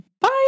Bye